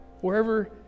Wherever